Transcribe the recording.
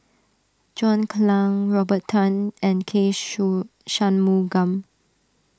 John Clang Robert Tan and K Shanmugam